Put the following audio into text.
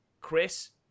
Chris